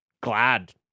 glad